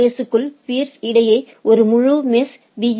எஸ்க்குள் பீர்ஸ் இடையே ஒரு முழு மெஷ் பி